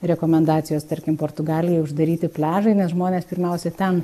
rekomendacijos tarkim portugalijoj uždaryti pliažai nes žmonės pirmiausia ten